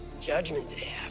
judgment day